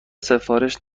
سفارش